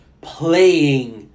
playing